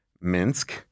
Minsk